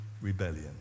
rebellion